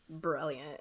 brilliant